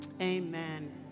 amen